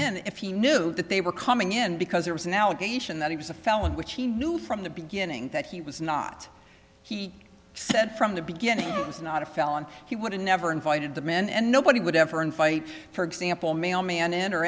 in if he knew that they were coming in because there was an allegation that he was a felon which he knew from the beginning that he was not he said from the beginning was not a felon he would have never invited them in and nobody would ever in fight for example mailman in or